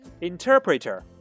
Interpreter